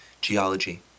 Geology